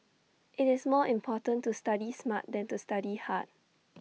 IT is more important to study smart than to study hard